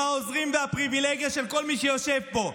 עם העוזרים והפריבילגיה של כל מי שיושב פה.